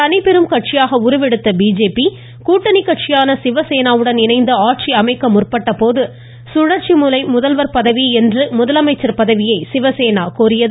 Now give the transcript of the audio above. தனிப்பெரும் கட்சியாக உருவெடுத்த பிஜேபி கூட்டணி கட்சியான சிவசேனாவுடன் இணைந்து ஆட்சி அமைக்க முற்பட்ட போது சுழற்சி முறை முதல்வர் பதவி என்று முதலமைச்சர் பதவியை சிவசேனா கோரியது